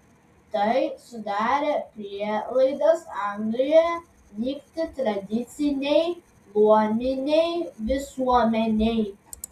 tai sudarė prielaidas anglijoje nykti tradicinei luominei visuomenei